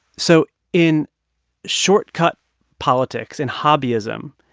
so in short-cut politics, in hobbyism,